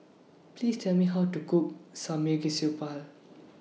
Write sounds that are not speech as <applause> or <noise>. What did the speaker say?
Please Tell Me How to Cook <unintelligible>